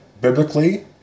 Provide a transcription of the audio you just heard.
biblically